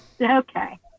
Okay